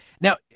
Now